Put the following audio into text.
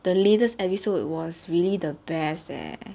the latest episode was really the best eh